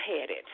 headed